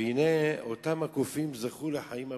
והנה, אותם הקופים זכו לחיים אחרים.